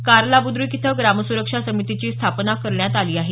कारला बुद्र्क इथ ग्रामसुरक्षा समितीची स्थापन करण्यात आली आहे